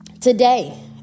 today